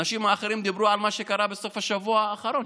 אנשים אחרים דיברו על מה שקרה בסוף השבוע האחרון,